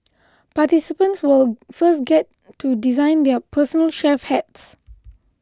participants will first get to design their personal chef hats